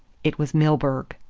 it was milburgh.